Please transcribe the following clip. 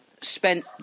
spent